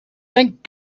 thank